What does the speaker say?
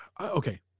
Okay